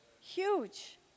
Huge